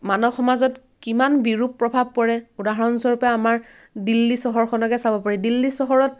মানৱ সমাজত কিমান বিৰূপ প্ৰভাৱ পৰে উদাহৰণ স্বৰূপে আমাৰ দিল্লী চহৰখনকে চাব পাৰি দিল্লী চহৰত